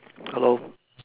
hello